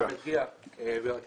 בן אדם מגיע ברכבת,